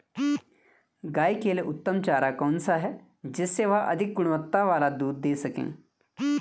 गाय के लिए उत्तम चारा कौन सा है जिससे वह अधिक गुणवत्ता वाला दूध दें सके?